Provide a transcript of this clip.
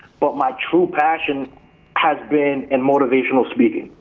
but my true passion has been in motivational speaking.